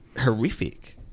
horrific